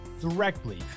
directly